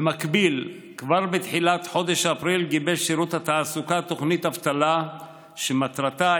במקום לשלם לעובד אבטלה 100%,